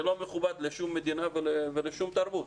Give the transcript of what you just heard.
זה לא מכובד לשום מדינה ולשום תרבות.